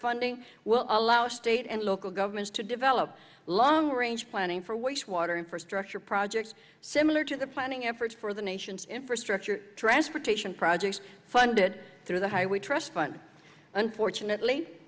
funding will allow state and local governments to develop long range planning for waste water infrastructure projects similar to the planning effort for the nation's infrastructure transportation projects funded through the highway trust fund unfortunately